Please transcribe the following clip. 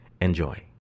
Enjoy